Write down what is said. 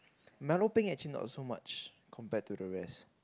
milo peng actually not so much compared to the rest